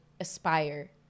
aspire